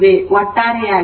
ಒಟ್ಟಾರೆಯಾಗಿ ಅಲ್ಲ